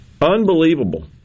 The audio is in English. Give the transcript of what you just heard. unbelievable